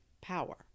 power